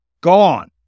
Gone